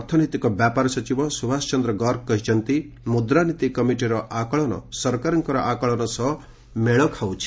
ଅର୍ଥନୈତିକ ବ୍ୟାପାର ସଚିବ ସୁଭାଷ ଚନ୍ଦ୍ର ଗର୍ଗ କହିଛନ୍ତି ମୁଦ୍ରାନୀତି କମିଟିର ଆକଳନ ସରକାରଙ୍କ ଆକଳନ ସହ ମେଳ ଖାଉଛି